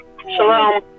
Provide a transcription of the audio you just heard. shalom